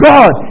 God